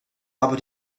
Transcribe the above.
aber